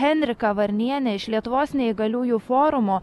henrika varnienė iš lietuvos neįgaliųjų forumo